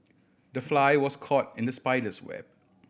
the fly was caught in the spider's web